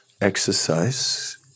exercise